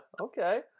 Okay